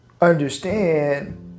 understand